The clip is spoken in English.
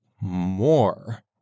more